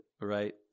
right